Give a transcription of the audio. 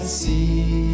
see